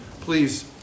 Please